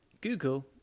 Google